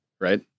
right